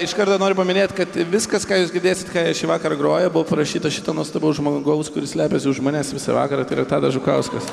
iš karto noriu paminėt kad viskas ką jūs girdėsit šįvakar groja buvo parašyta šito nuostabaus žmogaus kuris slepiasi už manęs visą vakarą tai yra tadas žukauskas